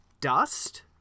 dust